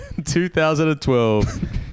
2012